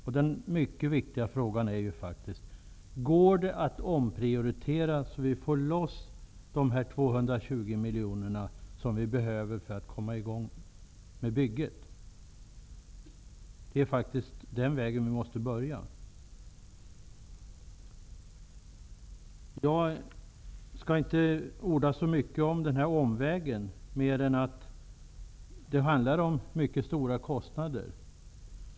Det var den ena frågan och den andra, mycket viktiga, är: Går det att omprioritera så att vi får loss dessa 220 miljoner som vi behöver för att komma i gång med bygget? Det är faktiskt på det sättet vi måste börja. Jag skall inte orda så mycket över omvägen mer än att det handlar om mycket stora kostnader.